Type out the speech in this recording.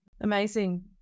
Amazing